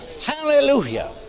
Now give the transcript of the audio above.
Hallelujah